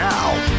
Now